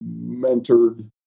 mentored